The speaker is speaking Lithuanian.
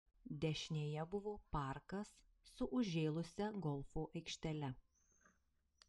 dešinėje buvo parkas su užžėlusia golfo aikštele